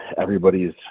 everybody's